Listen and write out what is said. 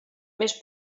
més